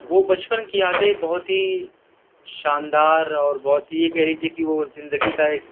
وہ بچپن کی یادیں بہت ہی شاندار اور بہت یہ کہہ لیجیے کہ وہ زندگی کا ایک